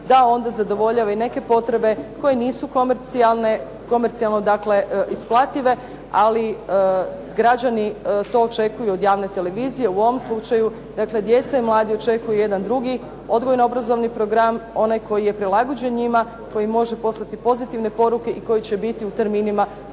da onda zadovoljava i neke potrebe koje nisu komercijalno isplative, ali građani to očekuju od javne televizije. U ovom slučaju dakle, djeca i mladi očekuju jedan drugi odgojno-obrazovni program, onaj koji je prilagođen njima, koji može poslati pozitivne poruke i koji će biti u terminima koje